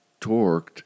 torqued